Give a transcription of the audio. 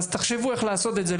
תשבו ותחשבו איך לעשות את זה.